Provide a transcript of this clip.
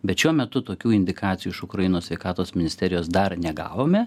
bet šiuo metu tokių indikacijų iš ukrainos sveikatos ministerijos dar negavome